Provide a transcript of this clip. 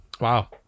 Wow